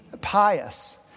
pious